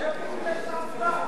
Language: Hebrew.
איפה מפלגת העבודה?